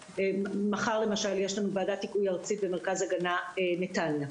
שמחר למשל יש לנו ועדת היגוי ארצית במרכז הגנה נתניה.